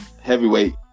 heavyweight